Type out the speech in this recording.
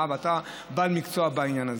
ואתה בעל מקצוע בעניין הזה,